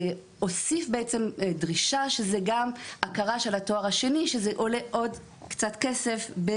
להוסיף דרישה של הכרה של התואר השני שזה עולה עוד קצת כסף.